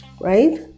right